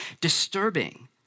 disturbing